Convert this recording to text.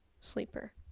sleeper